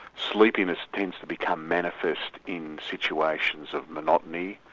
sleepiness tends to become manifest in situations of monotony,